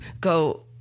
go